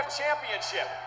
championship